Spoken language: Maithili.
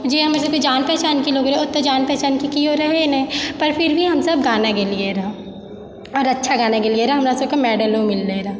जे हमर सबके जान पहिचानके लोग रहै ओतय जान पहिचानके केओ रहै नहि पर फिर भी हमसब गाना गेलियै रऽ आओर अच्छा गाना गेलियै रऽ हमरा सभकेँ मेडलो मिललै रऽ